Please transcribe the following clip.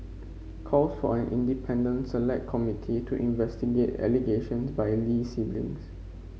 calls for an independent select committee to investigate allegations by Lee siblings